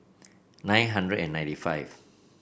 nine hundred and ninety five